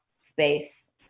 space